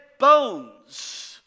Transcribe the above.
Bones